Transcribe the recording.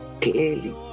clearly